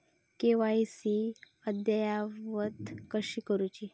KYC अद्ययावत कशी करुची?